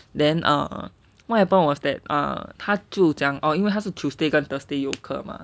then err what happened was that ah 他就讲哦因为它是 tuesday 跟 thursday 有课 mah